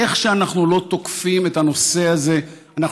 איך שאנחנו לא תוקפים את הנושא הזה אנחנו